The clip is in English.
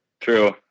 True